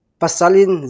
pasalin